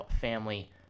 family